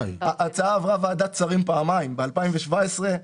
--- ההצעה עברה ועדת שרים פעמיים ב-2017,